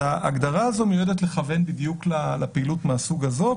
אז ההגדרה מכוונת בדיוק לפעילות מהסוג הזה.